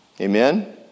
Amen